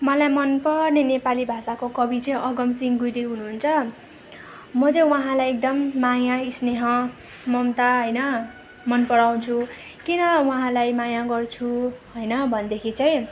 मलाई मन पर्ने नेपाली भाषाको कवि चाहिँ अगमसिँह गिरी हुनुहुन्छ म चाहिँ उहाँलाई एकदम माया स्नेह ममता होइन मन पराउँछु किन उहाँलाई माया गर्छु होइन भनेदेखि चाहिँ